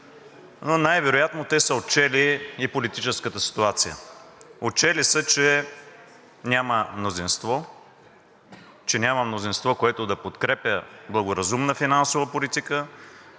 но най-вероятно те са отчели и политическата ситуация. Отчели са, че няма мнозинство, което да подкрепя благоразумна финансова политика,